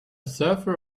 surfer